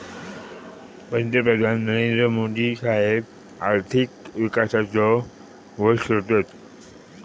पंतप्रधान नरेंद्र मोदी साहेब आर्थिक विकासाचो घोष करतत